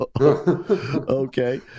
Okay